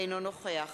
אינו נוכח